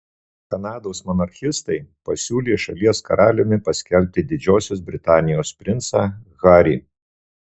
kanados monarchistai pasiūlė šalies karaliumi paskelbti didžiosios britanijos princą harį